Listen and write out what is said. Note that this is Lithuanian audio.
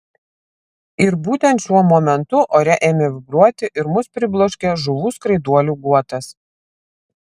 ir būtent šiuo momentu ore ėmė vibruoti ir mus pribloškė žuvų skraiduolių guotas